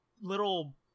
Little